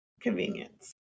convenience